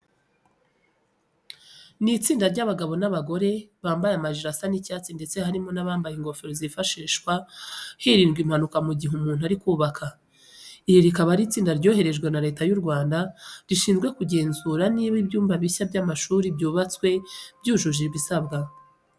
Ni itsinda ry'abagabo n'abagore, bambaye amajire asa icyatsi ndetse harimo n'abambaye ingofero zifashishwa hirindwa impanuka mu gihe umuntu ari kubaka. Iri rikaba ari itsinda ryoherejwe na Leta y'u Rwanda rishinzwe kugenzura niba ibyumba bishya by'amashuri byubatswe byujuje ibisabwa.